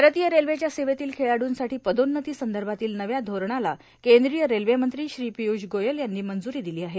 भारतीय रेल्वेच्या सेवेतील खेळाडूंसाठी पदोन्नती संदर्भातील नव्या धोरणाला केंद्रीय रेल्वेमंत्री श्री पियूष गोयल यांनी मंजूरी दिली आहे